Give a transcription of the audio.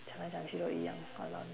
讲来讲去都一样:jiang like jiang qu dou yi yang walao